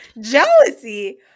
Jealousy